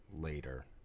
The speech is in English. later